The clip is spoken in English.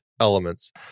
elements